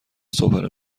صبحانه